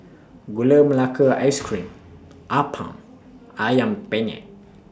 Gula Melaka Ice Cream Appam Ayam Penyet